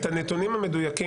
את הנתונים המדויקים,